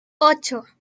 ocho